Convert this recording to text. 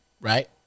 right